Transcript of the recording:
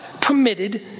permitted